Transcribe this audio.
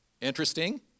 interesting